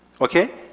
Okay